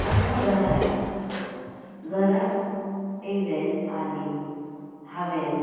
आनी हांव घरा आयलें घरा येयलें आनी हांवेन